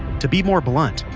to be more blunt,